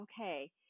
okay